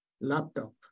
laptop